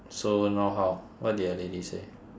so now how what did the lady say